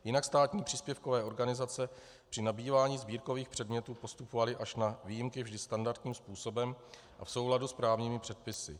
Jinak státní příspěvkové organizace při nabývání sbírkových předmětů postupovaly až na výjimky vždy standardním způsobem a v souladu s právními předpisy.